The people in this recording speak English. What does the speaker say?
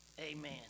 Amen